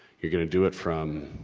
you're gonna do it from.